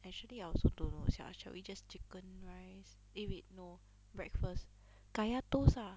actually I also don't sia shall we just chicken rice eh wait no breakfast kaya toast ah